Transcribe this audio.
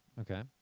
Okay